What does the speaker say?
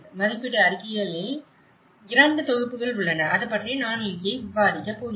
மதிப்பீட்டு அறிக்கைகளில் இரண்டு தொகுப்புகள் உள்ளன அதுபற்றி நான் இங்கே விவாதிக்கப் போகிறேன்